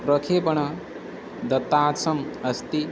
प्रक्षेपणं दत्तासम् अस्ति